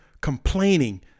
Complaining